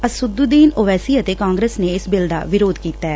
ਅਸਦੂਦੀਨ ਓਵੈਸੀ ਅਤੇ ਕਾਂਗਰਸ ਨੇ ਇਸ ਬਿੱਲ ਦਾ ਵਿਰੋਧ ਕੀਤੈ